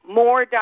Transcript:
more